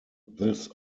this